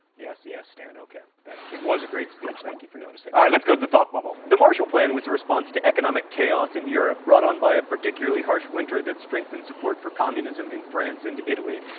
yes, yes, stan, okay. it was a great speech, thank you for noticing. alright, let's go to the thought bubble. the marshall plan was a response to economic chaos in europe brought on by a particularly harsh winter that strengthened support for communism in france and italy.